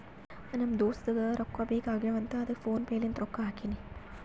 ನಮ್ ದೋಸ್ತುಗ್ ರೊಕ್ಕಾ ಬೇಕ್ ಆಗೀವ್ ಅಂತ್ ಅದ್ದುಕ್ ಫೋನ್ ಪೇ ಲಿಂತ್ ರೊಕ್ಕಾ ಹಾಕಿನಿ